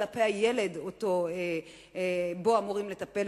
כלפי הילד שבו אמורים לטפל.